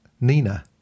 Nina